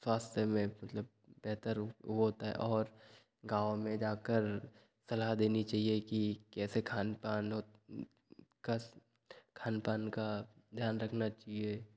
स्वास्थ्य में मतलब बेहतर वो होता है और गाँव में जाकर सलाह देनी चाहिए कि कैसे खान पान ओत का खान पान का ध्यान रखना चाहिए